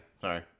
Sorry